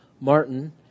Martin